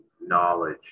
knowledge